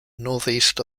northeast